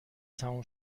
تموم